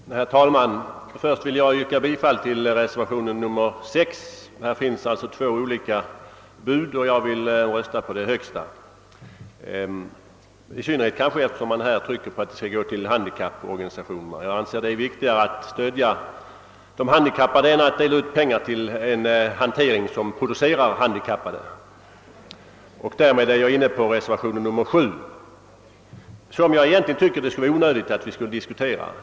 Herr talman! Först skall jag yrka bifall till reservationen 6. Det finns ju två olika bud, och jag vill rösta på det högsta, i synnerhet som det understryks att medlen skall gå till handikapporganisationerna. Jag anser det viktigare att stödja de handikappade än att dela ut pengar till en hantering som producerar handikappade. Därmed är jag inne på reservationen 7, som det egentligen borde vara onödigt att diskutera.